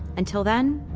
until then,